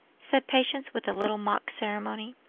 said patience, with a little mock ceremony.